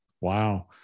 Wow